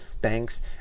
banks